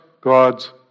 God's